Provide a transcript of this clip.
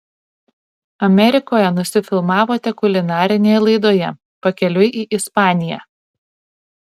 amerikoje nusifilmavote kulinarinėje laidoje pakeliui į ispaniją